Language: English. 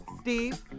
Steve